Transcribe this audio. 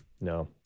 no